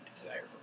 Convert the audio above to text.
desire